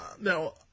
now